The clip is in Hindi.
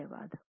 धन्यवाद